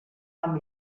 amb